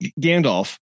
Gandalf